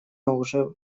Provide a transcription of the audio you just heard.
уже